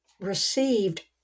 received